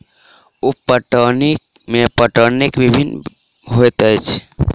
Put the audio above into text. उप पटौनी मे पटौनीक विधि भिन्न होइत अछि